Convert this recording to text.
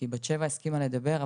כי בת שבע הסכימה לדבר,